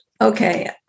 Okay